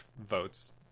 votes